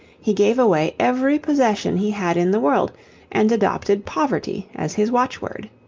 he gave away every possession he had in the world and adopted poverty as his watchword.